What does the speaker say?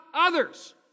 others